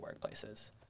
workplaces